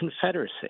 Confederacy